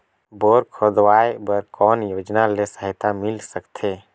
Bore खोदवाय बर कौन योजना ले सहायता मिल सकथे?